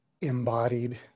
embodied